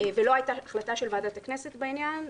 ולא הייתה החלטה של ועדת הכנסת בעניין,